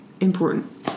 important